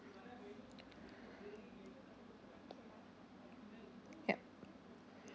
yup